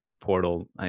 portal